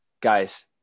guys